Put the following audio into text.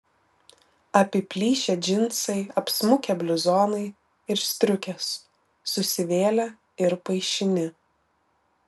apiplyšę džinsai apsmukę bliuzonai ir striukės susivėlę ir paišini